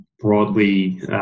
broadly